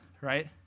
right